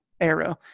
arrow